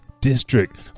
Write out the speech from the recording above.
District